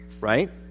right